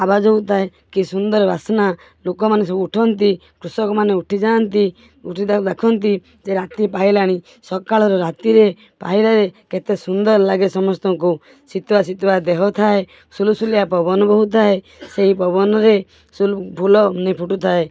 ଆବାଜ ହେଉଥାଏ କି ସୁନ୍ଦର ବାସ୍ନା ଲୋକମାନେ ସବୁ ଉଠନ୍ତି କୃଷକମାନେ ଉଠି ଯାଆନ୍ତି ଉଠି ତାକୁ ଦେଖନ୍ତି ଯେ ରାତି ପାହିଲାଣି ସକାଳର ରାତିରେ ପାହିଲାରେ କେତେ ସୁନ୍ଦର ଲାଗେ ସମସ୍ତଙ୍କୁ ଶୀତୁଆ ଶୀତୁଆ ଦେହ ଥାଏ ସୁଲୁସୁଲିଆ ପବନ ବୋହୁଥାଏ ସେହି ପବନରେ ସୁଲୁ ଫୁଲଅଗ୍ନି ଫୁଟୁଥାଏ